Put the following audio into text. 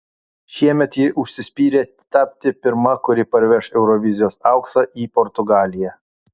šiemet ji užsispyrė tapti pirma kuri parveš eurovizijos auksą į portugaliją